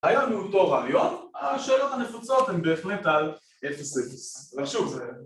היה מאותו רעיון, השאלות הנפוצות הן בהחלט על 00 לשוב זה...